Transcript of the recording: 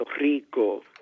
Rico